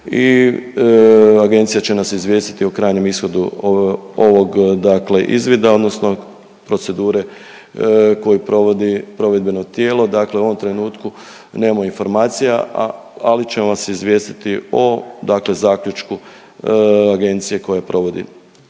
i agencija će nas izvijestiti o krajnjem ishodu ovog dakle izvida, odnosno procedure koju provodi provedbeno tijelo, dakle u ovom trenutku nemamo informacija, ali ćemo vas izvijestiti o dakle zaključku agencije koja provodi